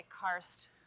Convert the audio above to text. karst